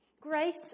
grace